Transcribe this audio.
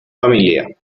familia